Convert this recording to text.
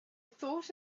thought